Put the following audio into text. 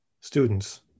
students